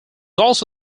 also